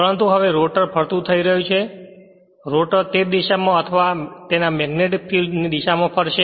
પરંતુ હવે રોટર ફરતું થઈ રહ્યું છે રોટર તે જ દિશા અથવા તેજ મેગ્નેટિક ફિલ્ડ ની દિશા માં ફરશે